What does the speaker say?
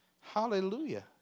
Hallelujah